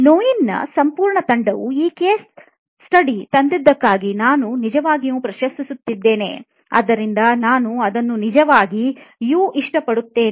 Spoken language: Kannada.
ನೋಯಿನ್ನ ಸಂಪೂರ್ಣ ತಂಡವನ್ನುಈ case studyತಂದಿದ್ದಕ್ಕಾಗಿ ನಾನು ನಿಜವಾಗಿಯೂ ಪ್ರಶಂಸಿಸುತ್ತೇನೆ ಆದ್ದರಿಂದ ನಾನು ಅದನ್ನು ನಿಜವಾಗಿಯೂ ಇಷ್ಟಪಡುತ್ತೇನೆ